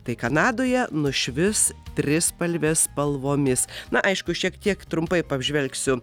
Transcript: tai kanadoje nušvis trispalvės spalvomis na aišku šiek tiek trumpai p apžvelgsiu